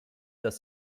dass